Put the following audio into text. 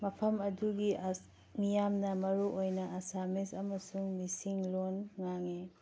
ꯃꯐꯝ ꯑꯗꯨꯒꯤ ꯃꯤꯌꯥꯝꯅ ꯃꯔꯨ ꯑꯣꯏꯅ ꯑꯁꯥꯃꯤꯁ ꯑꯃꯁꯨꯡ ꯃꯤꯁꯤꯡꯂꯣꯟ ꯉꯥꯡꯏ